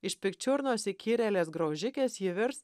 iš pikčiurnos įkyrėlės graužikės ji virs